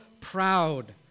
proud